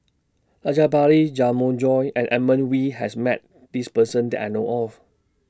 Rajabali Jumabhoy and Edmund Wee has Met This Person that I know of